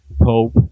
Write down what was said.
Pope